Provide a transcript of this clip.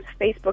Facebook